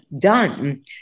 done